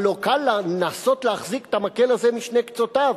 הלוא קל לנסות להחזיק את המקל הזה משני קצותיו,